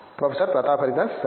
professor Pratap Haridas సరే